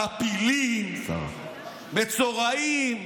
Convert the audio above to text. "טפילים", "מצורעים"